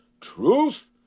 truth